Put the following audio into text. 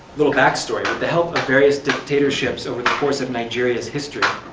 little backstory with the help of various dictatorships over the course of nigeria's history,